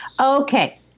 Okay